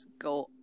go